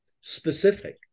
specific